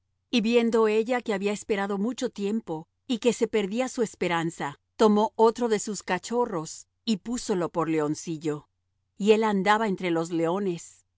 y viendo ella que había esperado mucho tiempo y que se perdía su esperanza tomó otro de sus cachorros y púsolo por leoncillo y él andaba entre los leones